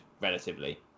relatively